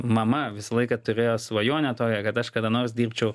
mama visą laiką turėjo svajonę tokią kad aš kada nors dirbčiau